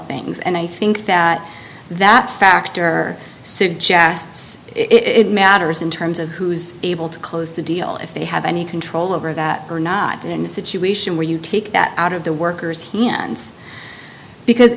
things and i think that that factor suggests it matters in terms of who's able to close the deal if they have any control over that or not in a situation where you take that out of the workers he hands because